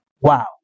Wow